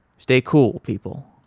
stay cool, people.